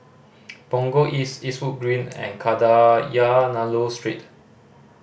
Punggol East Eastwood Green and Kadayanallur Street